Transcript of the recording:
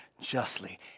justly